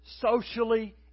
socially